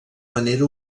manera